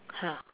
!huh!